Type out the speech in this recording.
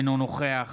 אינו נוכח